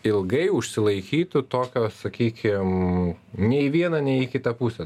ilgai užsilaikytų tokio sakykim nei į vieną nei į kitą pusę